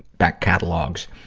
back catalogs.